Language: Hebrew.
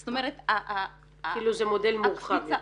זאת אומרת -- זה מודל מורחב יותר.